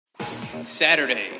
Saturday